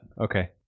okay